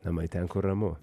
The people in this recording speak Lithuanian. namai ten kur ramu